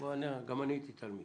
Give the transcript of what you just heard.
גם אני הייתי תלמיד.